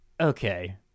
okay